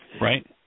Right